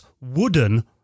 wooden